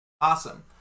Awesome